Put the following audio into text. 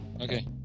Okay